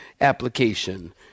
application